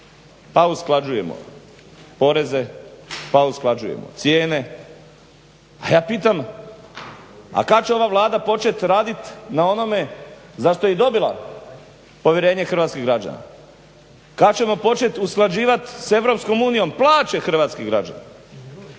a usklađujemo poreze, pa usklađujemo cijene. A ja pitam a kada će ova Vlada početi raditi na onome za što je i dobila povjerenje hrvatskih građana? Kada ćemo početi usklađivati s EU plaće hrvatskih građana,